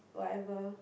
whatever